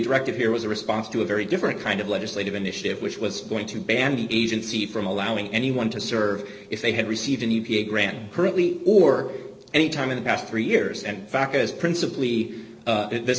directive here was a response to a very different kind of legislative initiative which was going to bandy agency from allowing anyone to serve if they had received an e p a grant currently or any time in the past three years and baucus principly